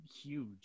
huge